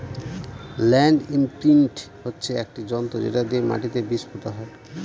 land imprint হচ্ছে একটি যন্ত্র যেটা দিয়ে মাটিতে বীজ পোতা হয়